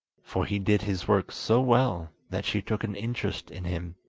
for he did his work so well that she took an interest in him.